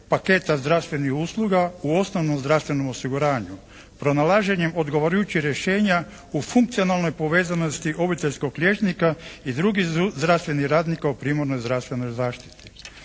paketa zdravstvenih usluga u osnovnom zdravstvenom osiguranje pronalaženjem odgovarajućih rješenja u funkcionalnoj povezanosti obiteljskog liječnika i drugih zdravstvenih radnika u primarnoj zdravstvenoj zaštiti.